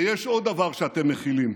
ויש עוד דבר שאתם מכילים.